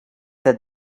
that